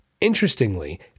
Interestingly